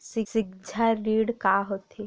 सिक्छा ऋण का होथे?